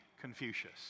Confucius